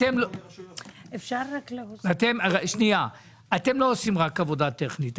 אתם לא עושים רק עבודה טכנית.